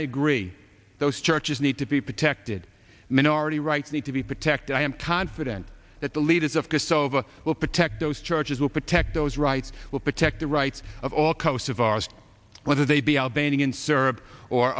t agree those churches need to be protected minority rights need to be protected i am confident that the leaders of kosovo will protect those charges will protect those rights will protect the rights of all kosovar whether they be albanian serb or